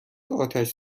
آتش